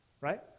right